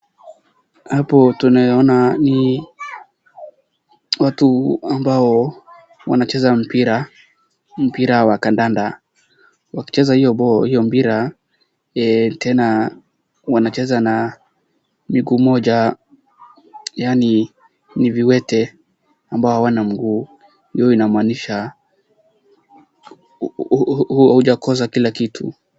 Hapo tunayoona ni watu ambao wanacheza mpira; mpira wa kadanda. Wakicheza hiyo mpira tena wanacheza na mguu mmoja yaani ni kiwete ambao hawana mguu. Hio inamaanisha hujakosa kila kitu.